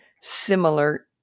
similar